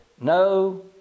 no